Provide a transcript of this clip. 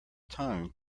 tongue